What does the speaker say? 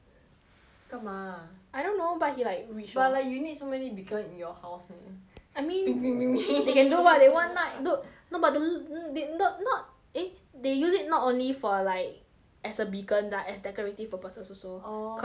干嘛 I don't know but he like rich lor but like you need so many beacon in your house meh I mean they can do what they want not dude no but the n~ d~ not eh they use it not only for like as a beacon lah as decorative purposes also orh cause they are that rich